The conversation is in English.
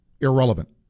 irrelevant